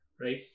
right